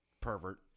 pervert